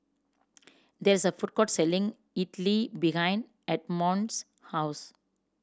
there is a food court selling Idili behind Edmon's house